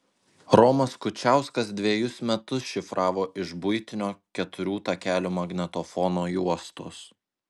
romas kučiauskas dvejus metus šifravo iš buitinio keturių takelių magnetofono juostos